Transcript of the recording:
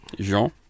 Jean